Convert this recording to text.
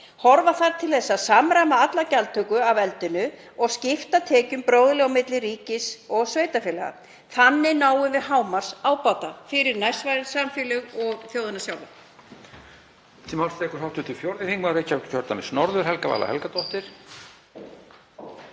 Horfa þarf til þess að samræma alla gjaldtöku af eldinu og skipta tekjum bróðurlega á milli ríkis og sveitarfélaga. Þannig náum við hámarksábata fyrir nærsvæðissamfélög og þjóðina sjálfa.